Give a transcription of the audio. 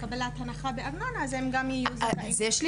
לקבלת הנחה בארנונה אז הם גם יהיו זכאים לתלושי מזון.